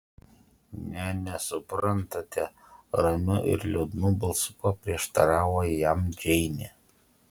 ne nesuprantate ramiu ir liūdnu balsu paprieštaravo jam džeinė